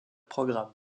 programmes